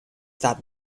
that